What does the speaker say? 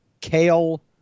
kale